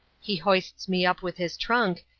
he hoists me up with his trunk,